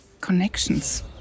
connections